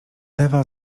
ewa